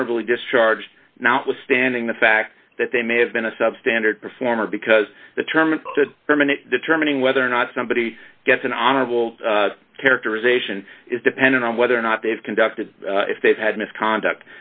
honorably discharged notwithstanding the fact that they may have been a substandard performer because the term and the permanent determining whether or not somebody gets an honorable characterization is dependent on whether or not they've conducted if they've had misconduct